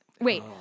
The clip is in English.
Wait